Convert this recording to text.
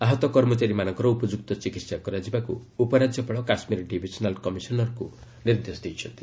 ଆହତ କର୍ମଚାରୀମାନଙ୍କର ଉପଯୁକ୍ତ ଚିକିତ୍ସା କରାଯିବାକୁ ଉପରାଜ୍ୟପାଳ କାଶ୍ମୀର ଡିଭିଜନାଲ୍ କମିଶନରଙ୍କୁ ନିର୍ଦ୍ଦେଶ ଦେଇଛନ୍ତି